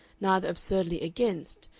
neither absurdly against,